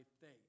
faith